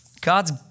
God's